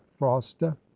frosta